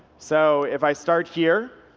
so if i start here,